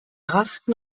rasten